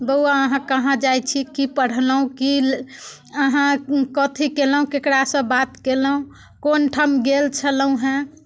बौआ अहाँ कहाँ जाइत छी की पढ़लहुँ की अहाँ कथि कयलहुँ ककरासँ बात कयलहुँ कोन ठाम गेल छलहुँ हेँ